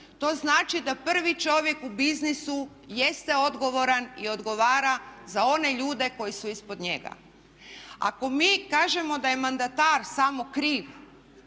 To znači da prvi čovjek u biznisu jeste odgovoran i odgovara za one ljudi koji su ispod njega. Ako mi kažemo da je mandatar samo kriv